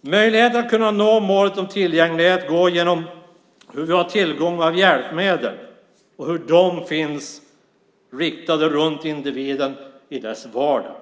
Möjligheten att nå målet om tillgänglighet beror på tillgången till hjälpmedel i individens vardag.